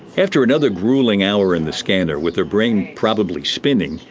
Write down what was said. after another gruelling hour in the scanner, with her brain probably spinning,